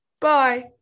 bye